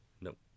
Nope